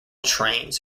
trains